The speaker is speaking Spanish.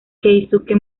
keisuke